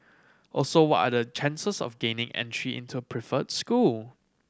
also what are the chances of gaining entry into preferred school